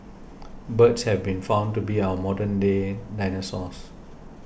birds have been found to be our modern day dinosaurs